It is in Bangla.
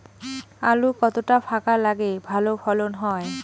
আলু কতটা ফাঁকা লাগে ভালো ফলন হয়?